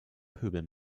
pöbel